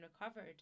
recovered